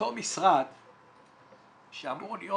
ואותו משרד שאמור להיות